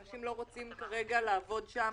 אנשים לא רוצים לעבוד שם.